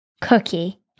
cookie